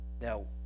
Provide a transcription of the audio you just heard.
Now